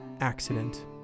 accident